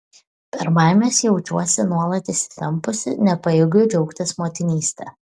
per baimes jaučiuosi nuolat įsitempusi nepajėgiu džiaugtis motinyste